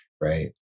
right